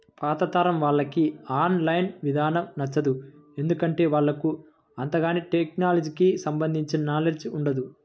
పాతతరం వాళ్లకి online ఇదానం నచ్చదు, ఎందుకంటే వాళ్లకు అంతగాని టెక్నలజీకి సంబంధించిన నాలెడ్జ్ ఉండదు